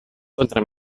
contra